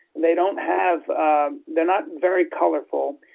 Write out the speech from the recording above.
they don't have ah they're not very colorful.